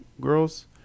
girls